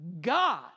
God